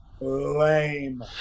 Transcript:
lame